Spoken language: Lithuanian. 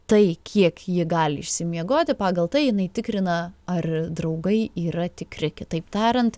tai kiek ji gali išsimiegoti pagal tai jinai tikrina ar draugai yra tikri kitaip tariant